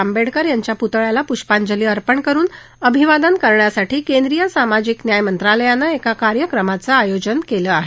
आंबेडकर यांच्या पुतळ्याला पुष्पांजली अर्पण करून अभिवादन करण्यासाठी केंद्रीय सामाजिक न्याय मंत्रालयानं एका कार्यक्रमाचं आयोजन केलं आहे